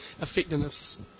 effectiveness